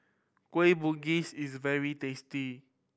Kueh Bugis is very tasty